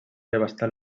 devastar